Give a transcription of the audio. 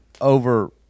over